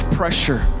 pressure